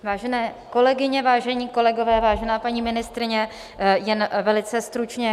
Vážené kolegyně, vážení kolegové, vážená paní ministryně, jen velice stručně.